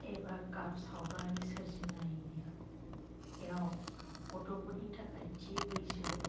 एबा गाब सावगारि सोरजिनायाव गथ'फोरनि थाखाय थि बैसो